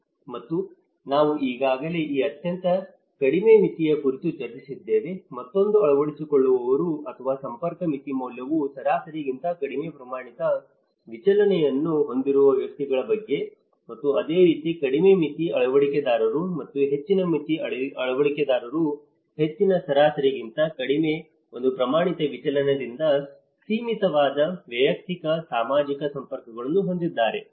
ಮತ್ತು ನಾನು ಈಗಾಗಲೇ ಈ ಅತ್ಯಂತ ಕಡಿಮೆ ಮಿತಿಯ ಕುರಿತು ಚರ್ಚಿಸಿದ್ದೇನೆ ಮತ್ತೊಮ್ಮೆ ಅಳವಡಿಸಿಕೊಳ್ಳುವವರು ಅಥವಾ ಸಂಪರ್ಕ ಮಿತಿ ಮೌಲ್ಯವು ಸರಾಸರಿಗಿಂತ ಕಡಿಮೆ ಪ್ರಮಾಣಿತ ವಿಚಲನವನ್ನು ಹೊಂದಿರುವ ವ್ಯಕ್ತಿಗಳ ಬಗ್ಗೆ ಮತ್ತು ಅದೇ ರೀತಿ ಕಡಿಮೆ ಮಿತಿ ಅಳವಡಿಕೆದಾರರು ಮತ್ತು ಹೆಚ್ಚಿನ ಮಿತಿ ಅಳವಡಿಕೆದಾರರು ಹೆಚ್ಚಿನ ಸರಾಸರಿಗಿಂತ ಕಡಿಮೆ ಒಂದು ಪ್ರಮಾಣಿತ ವಿಚಲನದಿಂದ ಸೀಮಿತವಾದ ವೈಯಕ್ತಿಕ ಸಾಮಾಜಿಕ ಸಂಪರ್ಕಗಳನ್ನು ಹೊಂದಿದ್ದಾರೆ